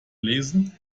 lesen